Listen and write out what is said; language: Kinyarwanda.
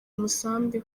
umusambi